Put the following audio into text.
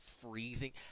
freezing